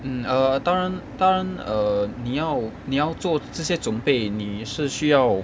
hmm err 当然当然 err 你要你要做这些准备你是需要